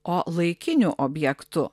o laikiniu objektu